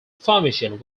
formation